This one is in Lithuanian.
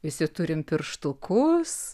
visi turim pirštukus